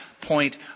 point